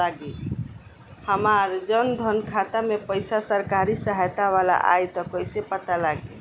हमार जन धन खाता मे पईसा सरकारी सहायता वाला आई त कइसे पता लागी?